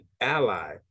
ally